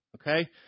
okay